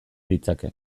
ditzake